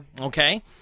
okay